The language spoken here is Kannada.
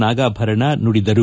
ನಾಗಾಭರಣ ನುಡಿದರು